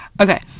Okay